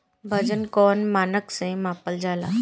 वजन कौन मानक से मापल जाला?